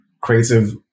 creative